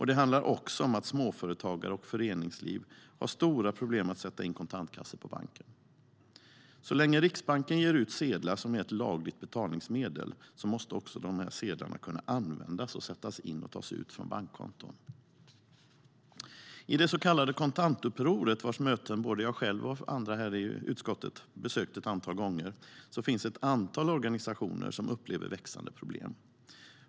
Det handlar också om att småföretagare och föreningsliv har stora problem att sätta in kontantkassor på banken. Så länge Riksbanken ger ut sedlar som är ett lagligt betalningsmedel måste också dessa sedlar kunna användas och sättas in eller tas ut från bankkonton. I det så kallade kontantupproret, vars möten både jag själv och andra i utskottet har besökt ett antal gånger, finns flera organisationer som upplever växande problem.